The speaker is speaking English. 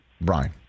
Brian